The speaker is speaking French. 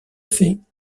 fait